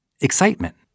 excitement